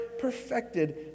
perfected